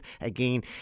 Again